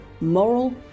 moral